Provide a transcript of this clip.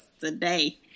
today